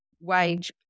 wage